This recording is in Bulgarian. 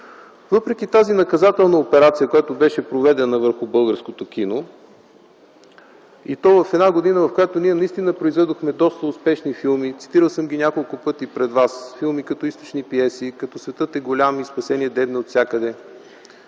Въпреки тази наказателна операция, която беше проведена върху българското кино, и то в година, в която ние наистина произведохме доста успешни филми, цитирал съм ги няколко пъти пред вас (филми като „Източни пиеси”, „Светът е голям и спасение дебне отвсякъде”,